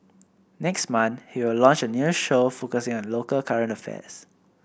next month he will launch a new show focusing on local current affairs